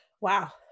wow